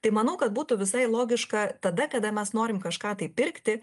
tai manau kad būtų visai logiška tada kada mes norim kažką tai pirkti